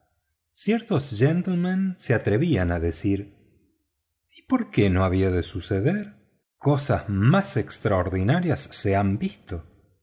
ciertos gentlemen se atrevían a decir y por qué no había de suceder cosas más extraordinarias se han visto